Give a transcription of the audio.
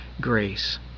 grace